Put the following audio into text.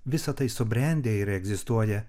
visa tai subrendę ir egzistuoja